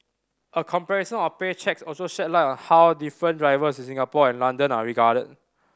a comparison of pay cheques also sheds light on how different drivers in Singapore and London are regarded